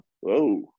whoa